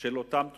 של אותם תושבים.